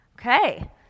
okay